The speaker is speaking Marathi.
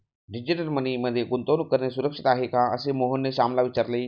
डिजिटल मनी मध्ये गुंतवणूक करणे सुरक्षित आहे का, असे मोहनने श्यामला विचारले